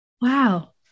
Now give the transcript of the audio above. Wow